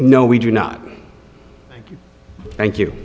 no we do not thank you